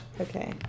Okay